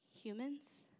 humans